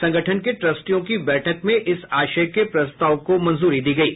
संगठन के ट्रस्टियों की बैठक में इस आशय के प्रस्ताव को मंजूरी दी गयी